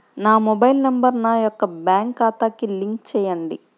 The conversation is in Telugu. నా మొబైల్ నంబర్ నా యొక్క బ్యాంక్ ఖాతాకి లింక్ చేయండీ?